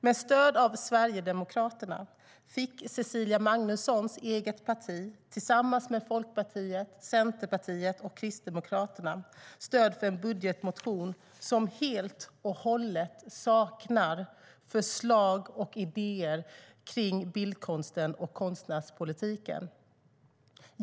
Med stöd av Sverigedemokraterna fick Cecilia Magnussons eget parti tillsammans med Folkpartiet, Centerpartiet och Kristdemokraterna stöd för en budgetmotion som helt och hållet saknar förslag och idéer kring bildkonsten och konstnärspolitiken.